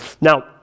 now